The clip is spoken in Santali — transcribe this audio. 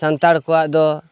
ᱥᱟᱱᱛᱟᱲ ᱠᱚᱣᱟᱜ ᱫᱚ